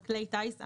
על כלי טיס,